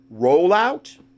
rollout